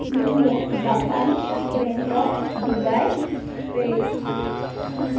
new York Japan Gangtok Dubai Paris